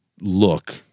look